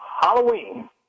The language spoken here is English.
Halloween